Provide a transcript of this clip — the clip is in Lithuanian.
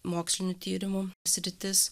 mokslinių tyrimų sritis